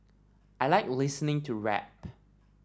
I like listening to rap